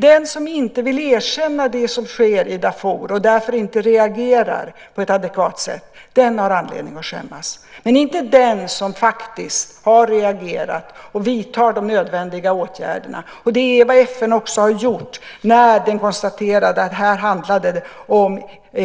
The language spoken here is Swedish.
Den som inte vill erkänna det som sker i Darfur och därför inte reagerar på ett adekvat sätt, den har anledning att skämmas. Men det har inte den som faktiskt har reagerat och som vidtar de nödvändiga åtgärderna. Det är vad FN också har gjort när FN har konstaterat att det här handlar om